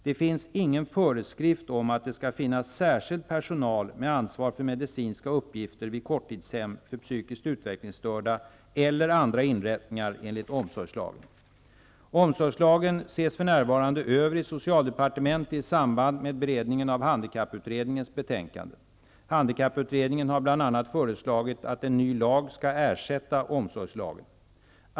Det finns ingen föreskrift om att det skall finnas särskild personal med ansvar för medicinska uppgifter vid korttidshem för psykiskt utvecklingsstörda eller andra inrättningar enligt omsorgslagen. Omsorgslagen ses för närvarande över i socialdepartementet i samband med beredningen av handikapputredningens betänkande. Handikapputredningen har bl.a. föreslagit att en ny lag skall ersätta omsorgslagen.